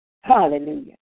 Hallelujah